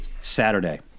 Saturday